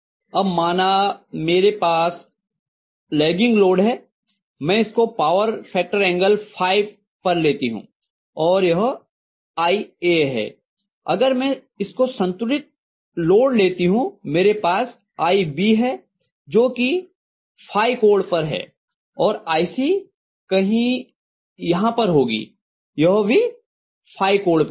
अब माना मेरे पास लेग्गिंग लोड है मैं इसको पावर फैक्टर एंगल फाई पर लेती हूँ और यह iA है और अगर मैं इसको संतुलित लोड लेती हूँ मेरे पास iB है जो कि कोण पर है और iC कहीं यहाँ पर होगी यह भी कोण पर होगी